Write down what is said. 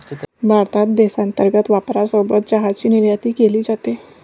भारतात देशांतर्गत वापरासोबत चहाची निर्यातही केली जाते